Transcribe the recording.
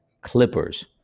Clippers